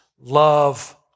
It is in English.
Love